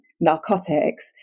narcotics